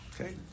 Okay